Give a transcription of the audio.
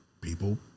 people